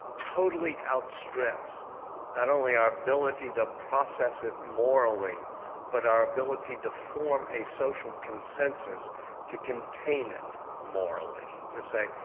totally outstrips not only our ability to process it morally but our ability to form a social consensus to contain it morally? to say,